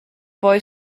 boy